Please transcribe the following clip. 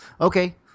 okay